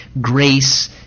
grace